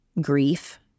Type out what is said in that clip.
grief